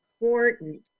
important